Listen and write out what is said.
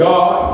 God